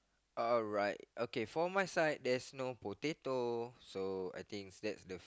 alright okay for my side there's no potato so I think that's the